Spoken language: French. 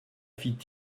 fit